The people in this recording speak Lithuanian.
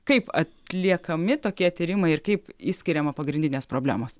kaip atliekami tokie tyrimai ir kaip išskiriama pagrindinės problemos